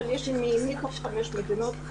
אבל --- חמש מדינות.